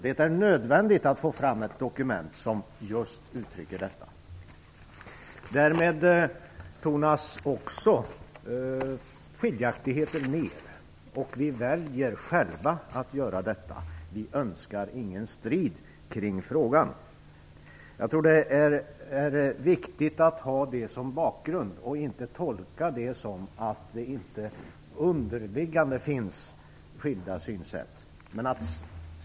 Det är nödvändigt att få fram ett dokument som uttrycker just detta. Därmed tonas också skiljaktigheter ner, och vi väljer själva att göra detta. Vi önskar ingen strid kring frågan. Jag tror att det är viktigt att ha det här som bakgrund och att inte tolka det som att det inte finns några underliggande skilda synsätt.